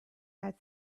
had